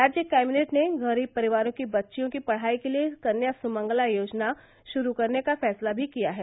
राज्य कैबिनेट ने ग़रीब परिवारों की बच्चियों की पढ़ाई के लिए कन्या सुमंगला योजना शुरू करने का फैसला भी किया है